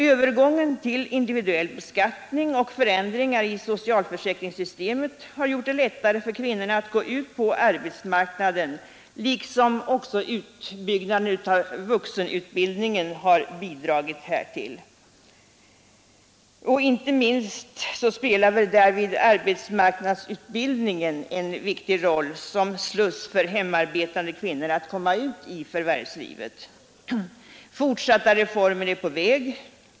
Övergången till individuell beskattning och förändringar i socialförsäkringssystemet har gjort det lättare för kvinnorna att gå ut på arbetsmarknaden, liksom utbyggnaden av vuxenutbildningen har bidragit härtill. Och inte minst spelar väl därvid arbetsmarknadsutbildningen en viktig roll som sluss för hemarbetande kvinnor att komma ut i förvärvslivet. Fortsatta reformer är på väg.